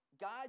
God